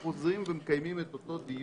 אנחנו כל הזמן חוזרים ומקיימים את אותו דיון